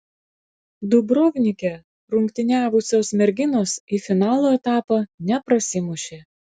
dubrovnike rungtyniavusios merginos į finalo etapą neprasimušė